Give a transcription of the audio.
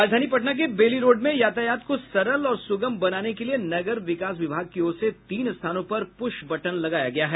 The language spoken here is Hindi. राजधानी पटना के बेली रोड में यातायात को सरल और सुगम बनाने के लिए नगर विकास विभाग की ओर से तीन स्थानों पर पुश बटन लगाया गया है